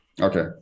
Okay